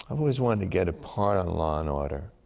i've always wanted to get a part on law and order.